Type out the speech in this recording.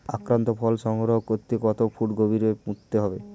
আক্রান্ত ফল সংগ্রহ করে কত ফুট গভীরে পুঁততে হবে?